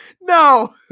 No